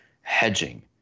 hedging